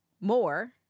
more